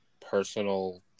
personal